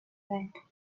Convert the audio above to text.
bed